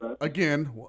Again